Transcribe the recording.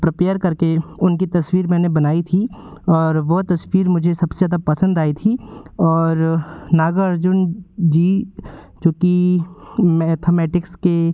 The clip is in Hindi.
प्रिपेयर कर के उनकी तस्वीर मैंने बनाई थी और वह तस्वीर मुझे सब से ज़्यादा पसंद आई थी और नागार्जुन जी क्योंकि मैथेमैटिक्स के